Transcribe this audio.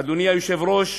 אדוני היושב-ראש,